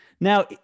Now